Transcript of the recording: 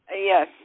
Yes